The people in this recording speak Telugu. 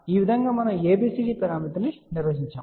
ఈ విధంగా మనము ABCD పరామితిని నిర్వచించాము